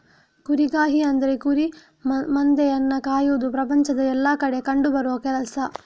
ಕುರಿಗಾಹಿ ಅಂದ್ರೆ ಕುರಿ ಮಂದೆಯನ್ನ ಕಾಯುವುದು ಪ್ರಪಂಚದ ಎಲ್ಲಾ ಕಡೆ ಕಂಡು ಬರುವ ಕೆಲಸ